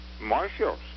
marshals